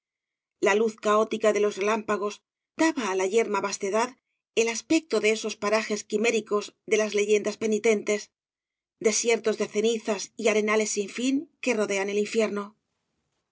la luz caótica de los relámpagos daba á la yerma vastedad el aspecto de esos parajes quiméricos de las leyendas penitentes desiertos de cenizas y arenales sin fin que rodean el infierno